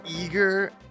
eager